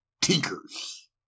tinkers